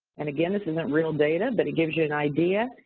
and again, this isn't real data but it gives you an idea.